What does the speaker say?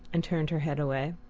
and turned her head away.